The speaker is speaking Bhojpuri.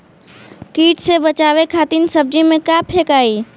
कीट से बचावे खातिन सब्जी में का फेकाई?